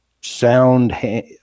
sound